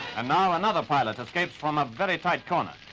and now another pilot escapes from a very tight corner.